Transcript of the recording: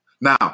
Now